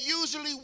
usually